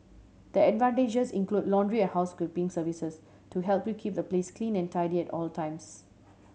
the advantages include laundry and housekeeping services to help you keep the place clean and tidy at all the times